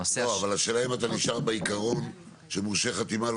לא, אבל השאלה אם אתה נשאר בעיקרון שמורשה חתימה.